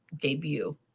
debut